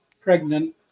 pregnant